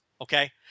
Okay